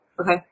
Okay